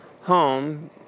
home